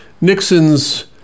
Nixon's